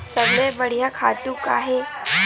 सबले बढ़िया खातु का हे?